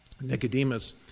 Nicodemus